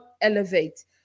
Elevate